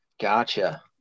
Gotcha